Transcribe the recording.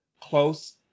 close